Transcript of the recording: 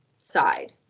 side